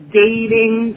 dating